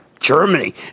Germany